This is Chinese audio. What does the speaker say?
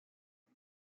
俱乐部